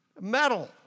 metal